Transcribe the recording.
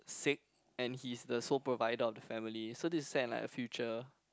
sick and he's the sole provider of the family so this is set in like a future